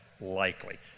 likely